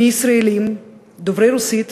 מישראלים דוברי רוסית,